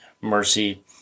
mercy